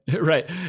Right